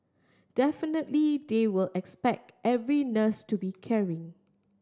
definitely they will expect every nurse to be caring